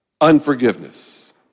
unforgiveness